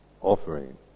offering